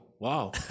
Wow